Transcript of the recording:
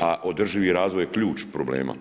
a održivi razvoj je ključ problema.